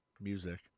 music